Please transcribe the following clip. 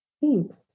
Thanks